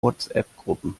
whatsappgruppen